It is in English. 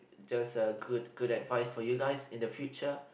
just a good good advice for you guys in the future